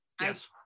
yes